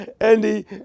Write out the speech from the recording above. Andy